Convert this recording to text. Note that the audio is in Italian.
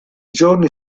giorni